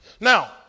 Now